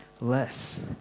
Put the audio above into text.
less